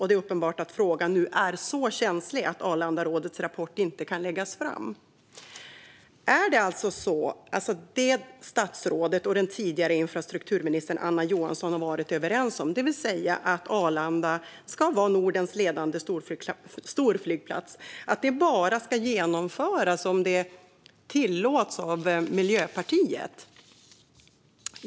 Det är uppenbart att frågan nu är så känslig att Arlandarådets rapport inte kan läggas fram. Tidigare har ju statsrådet och den tidigare infrastrukturministern Anna Johansson varit överens om att Arlanda ska vara Nordens ledande storflygplats. Ska detta alltså genomföras bara om det tillåts av Miljöpartiet?